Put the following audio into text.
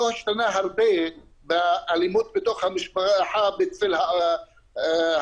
לא השתנה הרבה באלימות בתוך המשפחה בצל הקורונה.